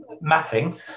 mapping